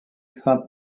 sainte